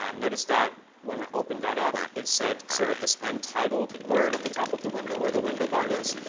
um notice that when we open that up, it said sort of this untitled word at the top of the window where the window bar is.